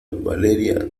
valeria